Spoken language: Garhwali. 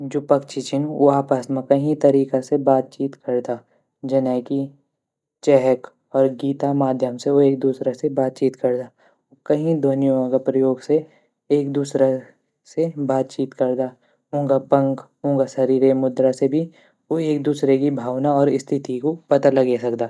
जू पक्षी छीन ऊ आपस म कई तरीक़ा से बातचीत करदा जने की चेहक और गीत आ माध्यम से ऊ एक दूसरा से बातचीत करदा ऊ कई ध्वनियों ग प्रयोग से एक दूसरा से बातचीत करदा ऊँगा पंख ऊँगा शरीर रे मुद्रा से भी ऊ एक दूसरे गी भावना और स्थिति ग पता लगे सकदा।